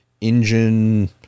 engine